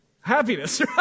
happiness